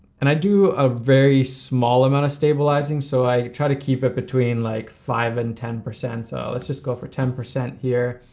and i do a very small amount of stabilizing, so i try to keep it between like five and ten, so let's just go for ten percent here.